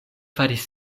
faris